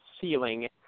ceiling